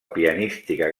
pianística